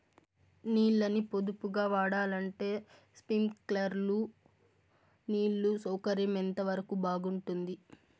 నీళ్ళ ని పొదుపుగా వాడాలంటే స్ప్రింక్లర్లు నీళ్లు సౌకర్యం ఎంతవరకు బాగుంటుంది?